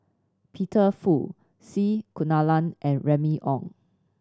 Peter Fu C Kunalan and Remy Ong